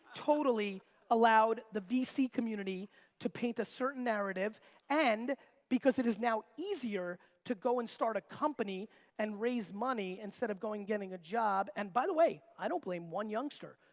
totally allowed the vc community to paint a certain narrative and because it is now easier to go and start a company and raise money instead of going and getting a job, and by the way, i don't blame one youngster.